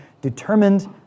determined